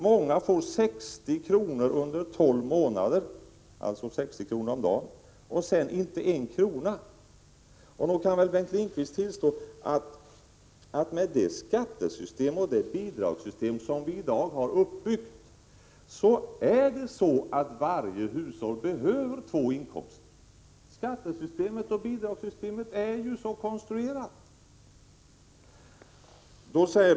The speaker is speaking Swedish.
Många får 60 kr. om dagen under tolv månader, och därefter inte en krona. Nog kan väl Bengt Lindqvist tillstå att varje hushåll behöver två inkomster med det skattesystem och det bidragssystem som vi i dag har. Skattesystemet och bidragssystemet är ju så konstruerade.